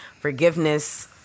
Forgiveness